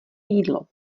jídlo